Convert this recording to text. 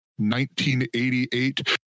1988